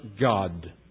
God